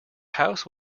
house